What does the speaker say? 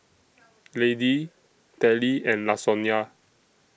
Laddie Telly and Lasonya